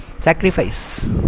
sacrifice